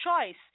choice